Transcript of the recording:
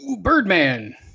Birdman